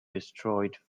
destroyed